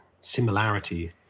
similarity